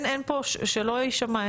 שלא יישמע,